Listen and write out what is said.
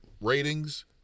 Ratings